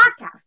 podcast